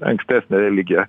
ankstesnę religiją